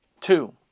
Two